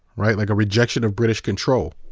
right? like a rejection of british control.